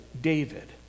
David